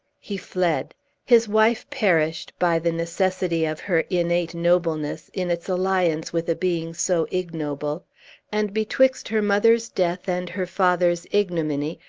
he fled his wife perished, by the necessity of her innate nobleness, in its alliance with a being so ignoble and betwixt her mother's death and her father's ignominy,